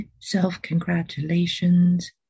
self-congratulations